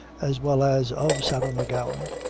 as well as of sarah m'gowan,